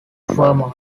vermont